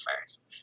first